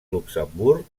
luxemburg